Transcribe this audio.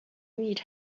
need